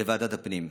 בוועדת הפנים.